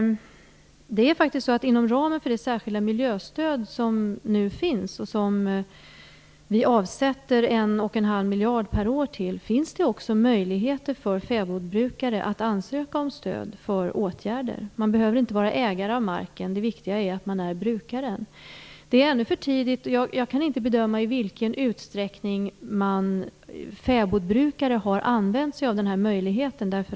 Inom ramen för det särskilda miljöstöd som finns, till vilket vi avsätter 1,5 miljard per år, finns det också möjligheter för fäbodbrukare att ansöka om stöd för åtgärder. Man behöver inte vara ägare av marken, det viktiga är att man är brukare. Jag kan ännu inte bedöma i vilken utsträckning fäbodbrukare har använt sig av den möjligheten.